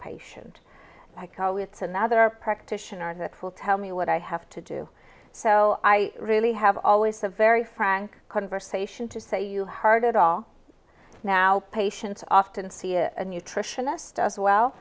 patient i call it's another practitioner who will tell me what i have to do so i really have always a very frank conversation to say you heart it all now patients often see a nutritionist as